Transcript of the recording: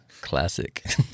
classic